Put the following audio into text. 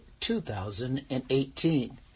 2018